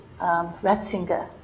Ratzinger